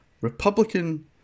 Republican